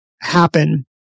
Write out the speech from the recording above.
happen